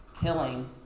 killing